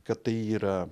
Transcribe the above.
kad tai yra